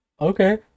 Okay